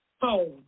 home